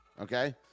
okay